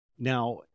Now